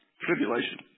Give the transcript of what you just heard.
Tribulation